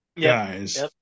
guys